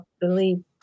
believe